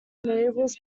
enables